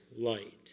light